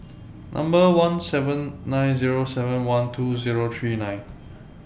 Number one seven nine Zero seven one two Zero three nine